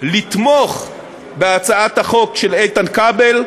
לתמוך בהצעת החוק של איתן כבל,